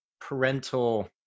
parental